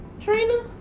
Trina